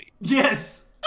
Yes